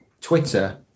Twitter